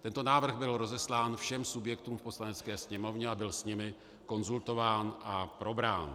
Tento návrh byl rozeslán všem subjektům v Poslanecké sněmovně a byl s nimi konzultován a probrán.